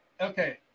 Okay